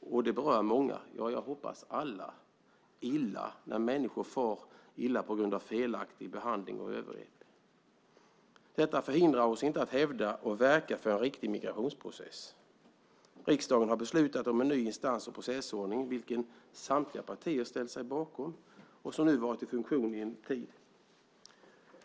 och det berör många - ja, jag hoppas alla - illa när människor far illa på grund av felaktig behandling och övergrepp. Detta förhindrar oss inte att hävda och verka för en riktig migrationsprocess. Riksdagen har beslutat om en ny instans och processordning, vilken samtliga partier ställt sig bakom och som nu varit i funktion i en tid.